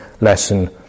lesson